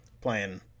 playing